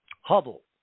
Hubble